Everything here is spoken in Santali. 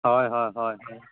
ᱦᱚᱭ ᱦᱚᱭ ᱦᱚᱭ